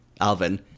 Alvin